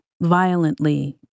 violently